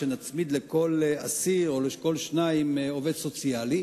שנצמיד לכל אסיר או לכל שניים עובד סוציאלי.